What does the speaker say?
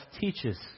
teaches